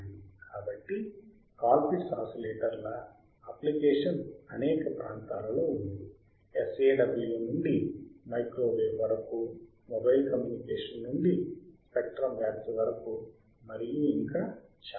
కాబట్టి Colpitts ఆసిలేటర్ల application అనేక ప్రాంతాలలో ఉంది SAW నుండి మైక్రోవేవ్ వరకు మొబైల్ కమ్యూనికేషన్ నుండి స్పెక్ట్రం వ్యాప్తి వరకు మరియు ఇంకా చాలా